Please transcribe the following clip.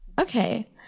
okay